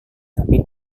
tapi